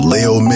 Leo